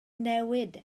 newid